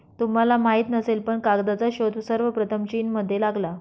तुला माहित नसेल पण कागदाचा शोध सर्वप्रथम चीनमध्ये लागला